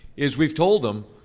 is we've told them,